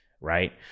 right